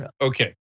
Okay